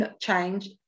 change